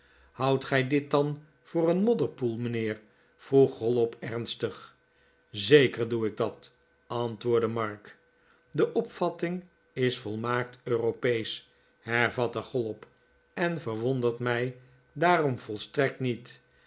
houdt gij dit dan voor een modderpoel mijnheer vroeg chollop ernstig zeker doe ik dat antwoordde mark de opvatting is volmaakt europeesch hervatte chollop en verwondert mij daarom volstrekt niet